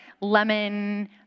lemon